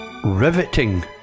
riveting